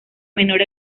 menor